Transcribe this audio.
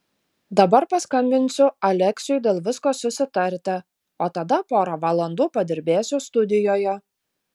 dabar paskambinsiu aleksiui dėl visko susitarti o tada porą valandų padirbėsiu studijoje